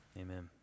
Amen